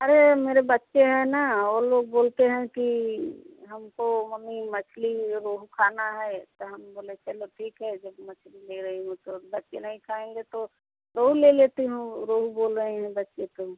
अरे मेरे बच्चे हैं ना वो लोग बोलते हैं कि हमको मम्मी मछली ये रोहू खाना है तो हम बोले चलो ठीक है जब मछली ले रही हूँ तो बच्चे नहीं खाएँगे तो रोहू ले लेती हूँ रोहू बोल रहे हैं बच्चे तो